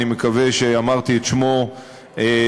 אני מקווה שאמרתי את שמו נכון.